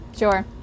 Sure